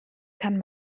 kann